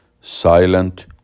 Silent